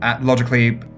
logically